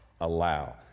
allow